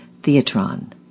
theatron